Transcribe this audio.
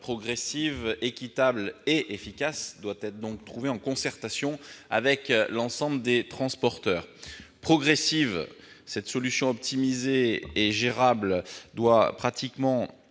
progressive, équitable et efficace doit être trouvée, en concertation avec l'ensemble des transporteurs. Progressive, une solution optimisée et gérable pratiquement